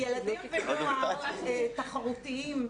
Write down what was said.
ילדים ונוער תחרותיים,